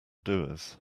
doers